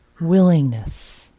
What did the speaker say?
willingness